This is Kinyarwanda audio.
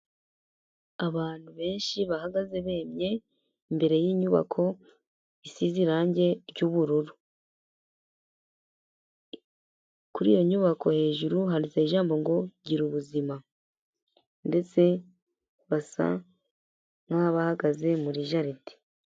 Abantu benshi bahagaze bemye imbere y'inyubakoze isize irangi ry'ubururu, kuriyo nyubako hejuru handitseho ijambo ngo "Girubuzima", ndetse basa nk'abahagaze muri jaride.